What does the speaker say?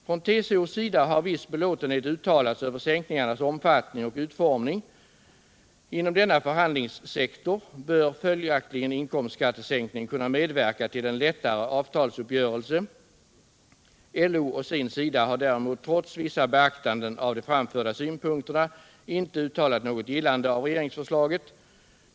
Från TCO:s sida har viss belåtenhet uttalats över sänkningarnas omfattning och utformning. Inom denna förhandlingssektor bör följaktligen inkomstskattesänkningen kunna medverka till en lättare avtalsuppgörelse. LO å sin sida har däremot, trots vissa beaktanden av de framförda synpunkterna, inte uttalat något gillande av regeringsförslaget.